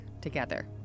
Together